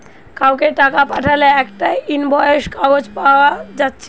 কাউকে টাকা পাঠালে একটা ইনভয়েস কাগজ পায়া যাচ্ছে